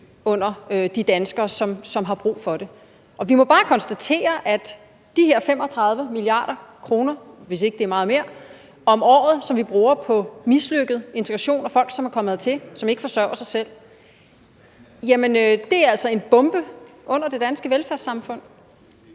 under de danskere, som har brug for det. Og vi må bare konstatere, at de her 35 mia. kr. – hvis ikke det er meget mere – om året, som vi bruger på mislykket integration og folk, som er kommet hertil, og som ikke forsørger sig selv, altså er en bombe under det danske velfærdssamfund.